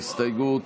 ההסתייגות